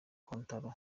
kontaro